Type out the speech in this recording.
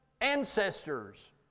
ancestors